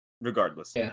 regardless